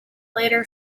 later